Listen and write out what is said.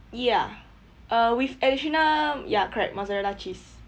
ya uh with additional ya correct mozzarella cheese